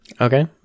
Okay